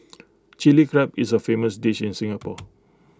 Chilli Crab is A famous dish in Singapore